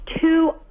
two